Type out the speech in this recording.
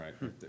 right